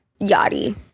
Yachty